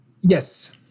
Yes